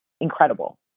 incredible